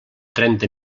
trenta